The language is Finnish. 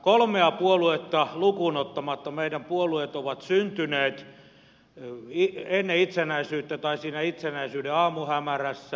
kolmea puoluetta lukuun ottamatta meidän puolueemme ovat syntyneet ennen itsenäisyyttä tai siinä itsenäisyyden aamuhämärässä